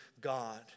God